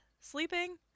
sleeping